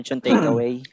take-away